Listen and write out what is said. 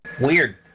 Weird